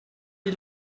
die